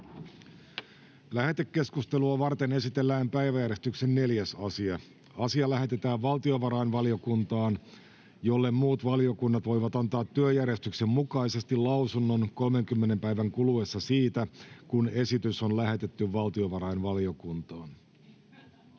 Lähetekeskustelua varten esitellään päiväjärjestyksen 4. asia. Asia lähetetään valtiovarainvaliokuntaan, jolle muut valiokunnat voivat antaa työjärjestyksen mukaisesti lausunnon 30 päivän kuluessa siitä, kun esitys on lähetetty valtiovarainvaliokuntaan.